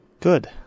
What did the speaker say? Good